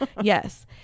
yes